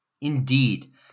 Indeed